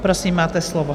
Prosím, máte slovo.